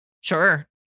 Sure